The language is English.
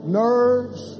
nerves